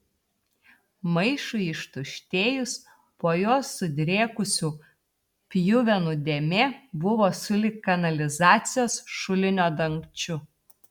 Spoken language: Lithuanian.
maišui ištuštėjus po juo sudrėkusių pjuvenų dėmė buvo sulig kanalizacijos šulinio dangčiu